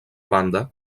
banda